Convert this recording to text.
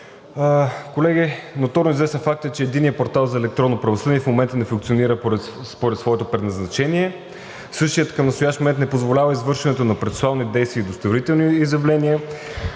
Колеги, ноторно известен факт е, че Единният портал за електронно правосъдие в момента не функционира според своето предназначение. Същият към настоящия момент не позволява извършването на процесуални действия и удостоверителни изявления,